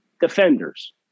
defenders